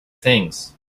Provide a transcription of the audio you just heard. things